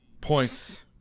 points